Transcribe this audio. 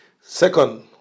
Second